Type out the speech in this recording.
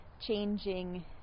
changing